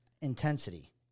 intensity